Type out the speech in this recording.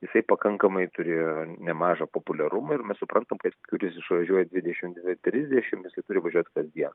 jisai pakankamai turėjo nemažą populiarumą ir mes suprantam kad kuris išvažiuoja dvidešimt dvi trisdešimt jisai turi važiuoti kasdien